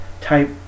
type